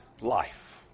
life